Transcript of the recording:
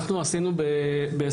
אנחנו עשינו ב-2021,